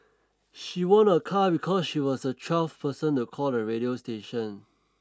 she won a car because she was the twelfth person to call the radio station